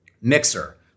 mixer